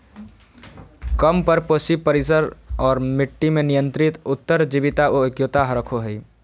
कम परपोषी परिसर और मट्टी में नियंत्रित उत्तर जीविता योग्यता रखो हइ